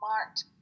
marked